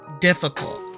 difficult